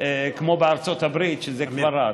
כמו בארצות הברית, שזה כבר רץ.